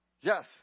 Yes